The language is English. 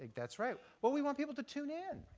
that's right. well, we want people to tune in,